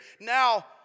Now